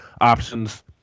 options